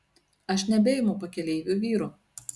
aš nebeimu pakeleivių vyrų